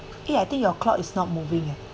eh I think your clock is not moving